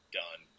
done